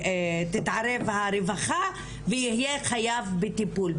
שתתערב הרווחה והוא יהיה חייב בטיפול.